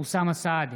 אוסאמה סעדי,